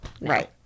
right